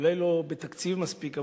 אולי לא בתקציב מספיק,